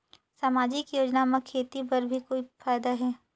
समाजिक योजना म खेती बर भी कोई फायदा है?